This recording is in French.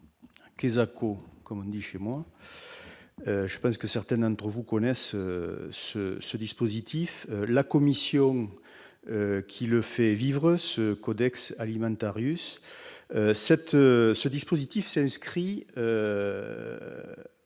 Quèsaco comme on dit chez moi. Je pense que certaines entre vous connaissent ce ce dispositif, la commission qui le fait vivre Codex Alimentarius cette ce dispositif s'inscrit